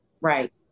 Right